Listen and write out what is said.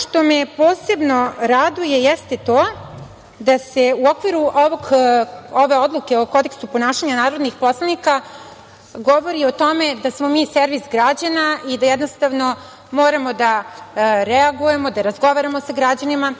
što me posebno raduje jeste to da se u okviru ove odluke o kodeksu ponašanja narodnih poslanika govori o tome da smo mi servis građana i da moramo da reagujemo, da razgovaramo sa građanima.